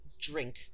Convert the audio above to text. drink